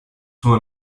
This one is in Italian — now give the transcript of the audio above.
suo